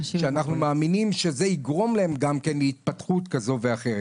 שאנו מאמינים שזה יגרום להם להתפתחות כזו או אחרת.